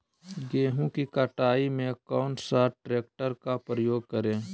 गेंहू की कटाई में कौन सा ट्रैक्टर का प्रयोग करें?